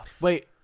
Wait